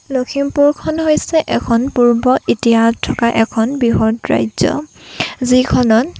লক্ষীমপুৰখন হৈছে এখন পূৰ্বৰ ইতিহাস থকা এখন বৃহৎ ৰাজ্য় যিখনত